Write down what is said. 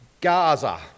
Gaza